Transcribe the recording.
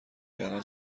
کردن